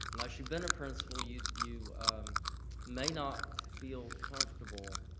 unless you've been a principal, you you may not feel comfortable